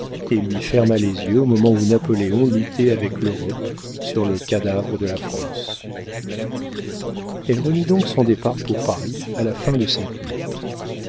et lui ferma les yeux au moment où napoléon luttait avec l'europe sur le cadavre de la france elle remit donc son départ pour paris à la fin de cette lutte